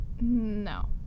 No